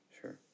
Sure